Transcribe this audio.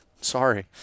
Sorry